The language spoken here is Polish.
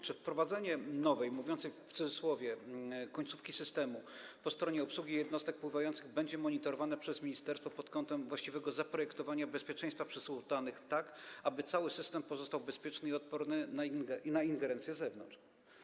Czy wprowadzenie nowej, mówiąc w cudzysłowie, końcówki systemu po stronie obsługi jednostek pływających będzie monitorowane przez ministerstwo pod kątem właściwego zaprojektowania bezpieczeństwa przesyłu danych, tak aby cały system pozostał bezpieczny i odporny na ingerencję z zewnątrz?